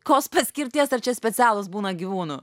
kos paskirties ar čia specialūs būna gyvūnų